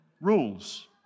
rules